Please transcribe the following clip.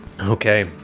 Okay